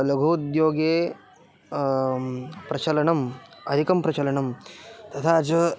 लघुद्योगे प्रचलनम् अधिकं प्रचलनं तथा च